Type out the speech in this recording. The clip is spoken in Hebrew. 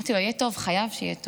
אמרתי לו: יהיה טוב, חייב שיהיה טוב.